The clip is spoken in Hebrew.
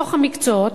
לתוך המקצועות,